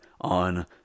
on